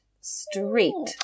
street